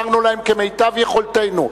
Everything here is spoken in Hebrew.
עזרנו להם כמיטב יכולתנו.